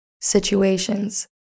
situations